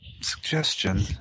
suggestion